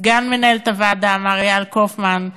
סגן מנהלת הוועדה, מר איל קופמן,